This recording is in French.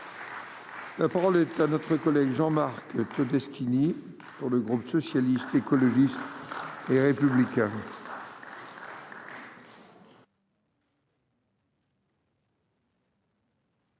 La parole est notre collègue Jean. Le peu de ce qu'il nie pour le groupe socialiste, écologiste et républicain.